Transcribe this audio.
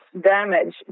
damage